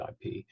IP